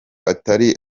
atari